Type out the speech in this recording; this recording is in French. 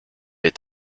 est